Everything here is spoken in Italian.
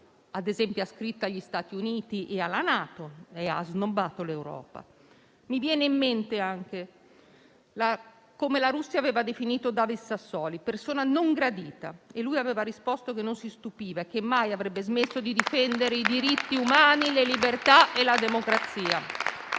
ad esempio, ha scritto agli Stati Uniti e alla NATO, snobbando l'Europa. Mi viene in mente anche come la Russia aveva definito David Sassoli: persona non gradita. E lui aveva risposto che non si stupiva e che mai avrebbe smesso di difendere i diritti umani, le libertà e la democrazia.